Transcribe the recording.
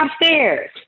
upstairs